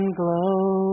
glow